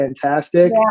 fantastic